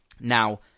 Now